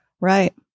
Right